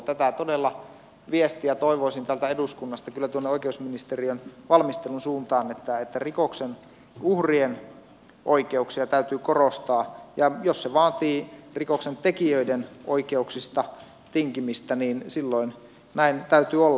tätä viestiä todella toivoisin kyllä täältä eduskunnasta oikeusministeriön valmistelun suuntaan että rikoksen uhrien oikeuksia täytyy korostaa ja jos se vaatii rikoksentekijöiden oikeuksista tinkimistä niin silloin näin täytyy olla